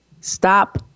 Stop